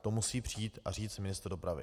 To musí přijít a říct ministr dopravy.